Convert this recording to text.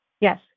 Yes